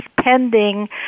pending